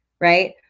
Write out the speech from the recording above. right